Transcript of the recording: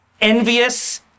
envious